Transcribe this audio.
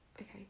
Okay